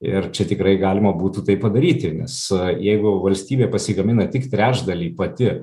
ir čia tikrai galima būtų tai padaryti nes jeigu valstybė pasigamina tik trečdalį pati